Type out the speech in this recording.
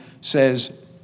says